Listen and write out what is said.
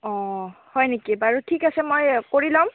হয় নেকি বাৰু ঠিক আছে মই কৰি লম